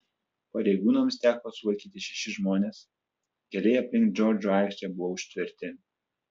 pareigūnams teko sulaikyti šešis žmones keliai aplink džordžo aikštę buvo užtverti